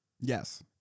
Yes